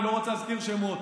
אני לא רוצה להזכיר שמות.